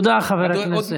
תודה, חבר הכנסת.